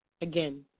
again